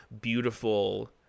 beautiful